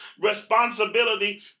responsibility